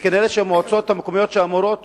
וכנראה המועצות המקומיות שאמורות